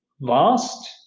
vast